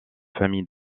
famille